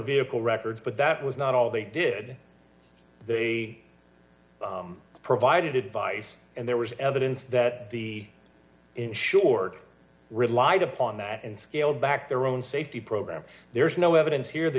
vehicle records but that was not all they did they provided advice and there was evidence that the insured relied upon that and scaled back their own safety program there is no evidence here th